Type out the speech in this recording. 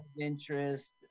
interest